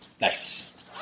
Nice